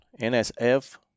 NSF